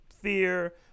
fear